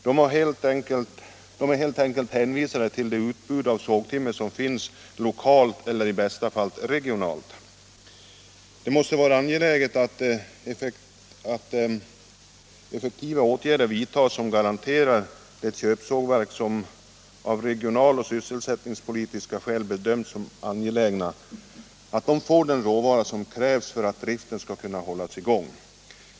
De är helt enkelt hänvisade till det utbud av sågtimmer som finns lokalt eller i bästa fall regionalt. Det måste vara angeläget att effektiva åtgärder vidtas, som garanterar att de köpsågverk som av regionaloch sysselsättningspolitiska skäl bedöms som angelägna får den råvara som krävs för att driften skall kunna hållas i gång.